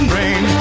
rain